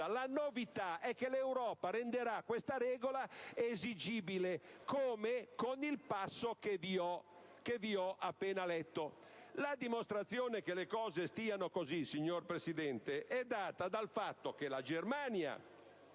La novità è che l'Europa la renderà esigibile. Come? Con il passo che vi ho appena letto. La dimostrazione che le cose stanno così, signor Presidente, è data dal fatto che la Germania